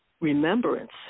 Remembrance